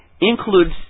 includes